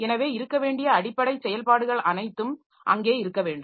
எனவே இருக்க வேண்டிய அடிப்படை செயல்பாடுகள் அனைத்தும் அங்கே இருக்க வேண்டும்